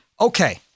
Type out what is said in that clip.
okay